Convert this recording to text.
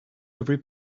every